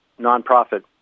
nonprofit